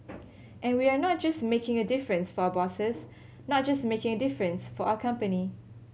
and we are not just making a difference for our bosses not just making a difference for our company